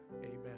Amen